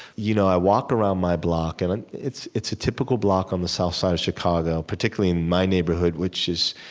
you know i walk around my block and it's it's a typical block on the south side of chicago, particularly in my neighborhood, which is